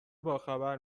باخبر